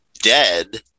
dead